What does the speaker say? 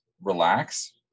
relax